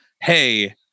hey